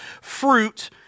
fruit